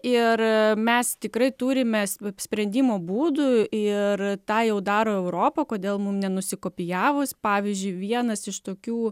ir mes tikrai turime sprendimo būdų ir tą jau daro europa kodėl mum nenusikopijavus pavyzdžiui vienas iš tokių